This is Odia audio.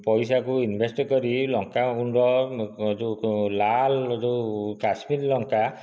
ପଇସାକୁ ଇନଭେଷ୍ଟ କରି ଲଙ୍କାଗୁଣ୍ଡ ଯେଉଁ ଲାଲ ଯେଉଁ କାଶ୍ମୀର ଲଙ୍କା